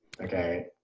Okay